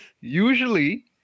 usually